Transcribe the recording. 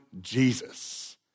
Jesus